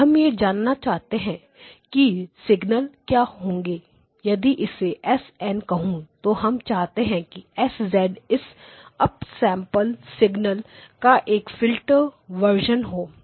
हम यह जानना चाहते हैं कि यह सिग्नल क्या होंगे यदि मैं इसे s n कहूं तो हम चाहते हैं कि S इस अप सैंपलड सिग्नल्स का एक फिल्टर वर्जन हो